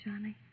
Johnny